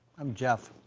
i'm jeff.